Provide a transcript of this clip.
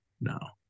now